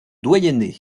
doyenné